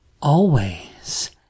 Always